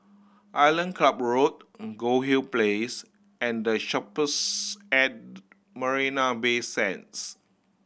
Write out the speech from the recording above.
Island Club Road Goldhill Place and The Shoppes at Marina Bay Sands